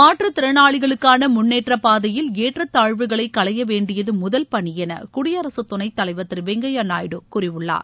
மாற்றுத் திறனாளிகளுக்கான முன்னேற்ற பாதையில் ஏற்றத்தாழ்வுகளை கலைய வேண்டியது முதல் பணி என குடியரசுத் துணைத் தலைவர் திரு வெங்கையா நாயுடு கூறியுள்ளார்